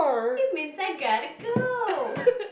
it means I gotta go